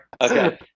Okay